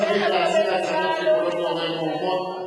רבותי, לא צריך להציג הצגות שיכולות לעורר מהומות.